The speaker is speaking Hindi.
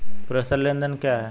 प्रेषण लेनदेन क्या है?